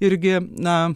irgi na